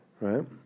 right